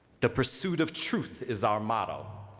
the pursuit of truth is our motto.